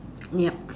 yup